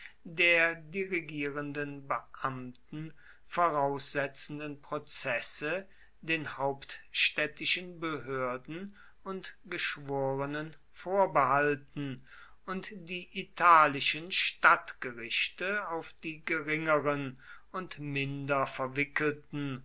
der dirigierenden beamten voraussetzenden prozesse den hauptstädtischen behörden und geschworenen vorbehalten und die italischen stadtgerichte auf die geringeren und minder verwickelten